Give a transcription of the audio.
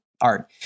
art